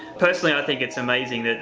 personally, i think it's amazing.